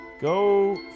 go